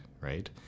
right